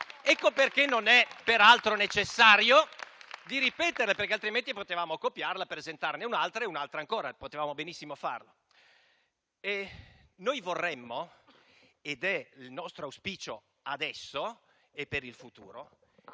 peraltro, non è necessario ripeterle, altrimenti potevamo copiarla e presentarne un'altra e un'altra ancora. Potevamo benissimo farlo. Noi vorremmo - ed è il nostro auspicio per adesso e per il futuro